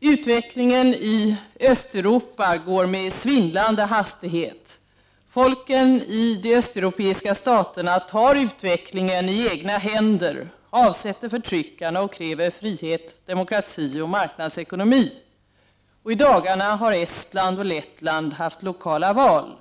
Utvecklingen i Östeuropa går med svindlande hastighet. Folken i de östeuropeiska staterna tar utvecklingen i egna händer, avsätter förtryckarna och kräver frihet, demokrati och marknadsekonomi. I dagarna har Estland och Lettland haft lokala val.